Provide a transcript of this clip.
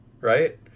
right